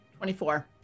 24